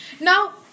Now